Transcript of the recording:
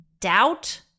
doubt